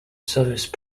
service